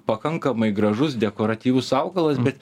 pakankamai gražus dekoratyvus augalas bet